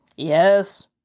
Yes